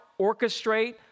orchestrate